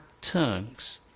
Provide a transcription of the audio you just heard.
tongues